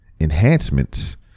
enhancements